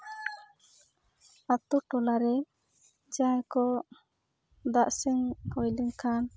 ᱟᱛᱳ ᱴᱚᱞᱟ ᱨᱮ ᱡᱟᱦᱟᱸᱭ ᱠᱚ ᱫᱟᱜ ᱥᱮᱱ ᱦᱩᱭ ᱞᱮᱱᱠᱷᱟᱱ